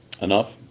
enough